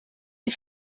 les